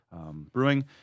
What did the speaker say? Brewing